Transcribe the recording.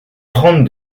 trente